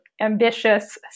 Ambitious